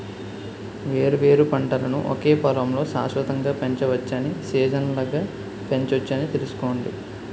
వేర్వేరు పంటలను ఒకే పొలంలో శాశ్వతంగా పెంచవచ్చని, సీజనల్గా పెంచొచ్చని తెలుసుకోండి